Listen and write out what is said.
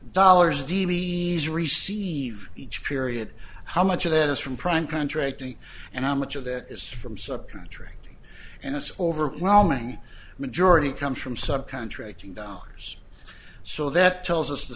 dollars vs receive each period how much of that is from prime contracting and on much of that is from subcontract and it's overwhelming majority comes from sub contracting dollars so that tells us the